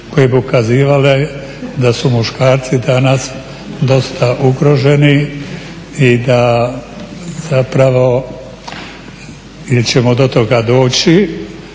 koje bi ukazivale da su muškarci danas dosta ugroženi i da zapravo ili ćemo do toga doći